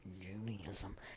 Judaism